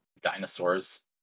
Dinosaurs